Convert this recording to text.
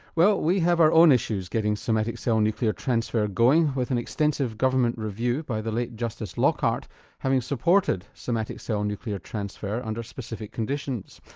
well we have our own issues getting somatic cell nuclear transfer going with an extensive government review by the late justice lockhart having supported somatic cell nuclear transfer under specific conditions.